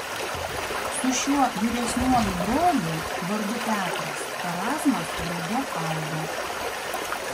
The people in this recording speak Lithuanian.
su šiuo vyresniuoju broliu vardu petras erazmas drauge augo